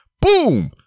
boom